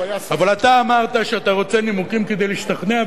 אבל אתה אמרת שאתה רוצה נימוקים כדי להשתכנע,